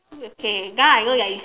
okay now I know your